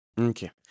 Okay